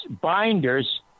binders